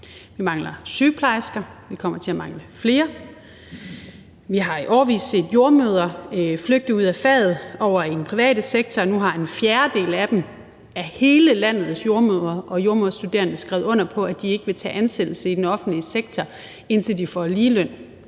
Vi mangler sygeplejersker, og vi kommer til at mangle flere. Vi har i årevis set jordemødre flygte ud af faget over i den private sektor, og nu har en fjerdedel af alle jordemødre og jordemødrestuderende i Danmark skrevet under på, at de ikke vil tage ansættelse i den offentlige sektor, før de får ligeløn,